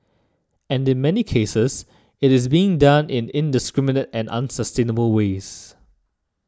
and in many cases it is being done in indiscriminate and unsustainable ways